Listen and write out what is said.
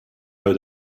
how